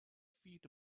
feet